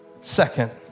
second